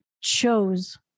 chose